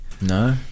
No